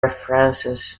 references